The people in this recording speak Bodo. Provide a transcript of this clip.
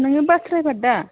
नोङो बास ड्राइभार दा